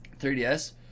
3DS